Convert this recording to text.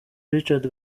richard